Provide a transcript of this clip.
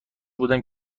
بودم